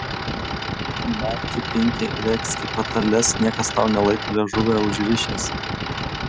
nerki pinki regzki patarles niekas tau nelaiko liežuvio užrišęs